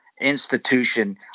institution